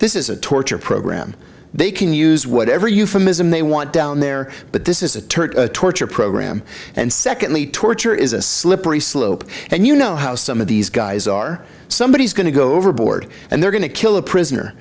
this is a torture program they can use whatever euphemism they want down there but this is a turret torture program and secondly torture is a slippery slope and you know how some of these guys are somebody is going to go overboard and they're going to kill a prisoner